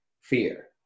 fear